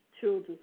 children